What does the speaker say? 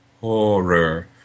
horror